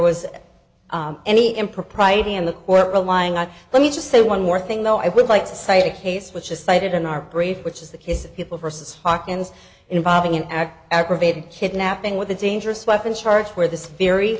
was any impropriety and that we're relying on let me just say one more thing though i would like to cite a case which is cited in our brief which is the case of people versus hawkins involving an act aggravated kidnapping with a dangerous weapon charge where this theory